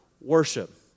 worship